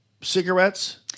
cigarettes